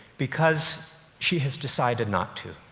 because she had decided not to?